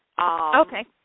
Okay